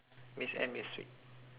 miss M is sweet